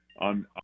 on